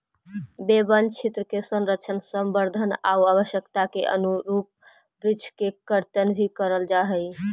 वे वनक्षेत्र के संरक्षण, संवर्धन आउ आवश्यकता के अनुरूप वृक्ष के कर्तन भी करल जा हइ